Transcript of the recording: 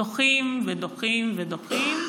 דוחים ודוחים ודוחים,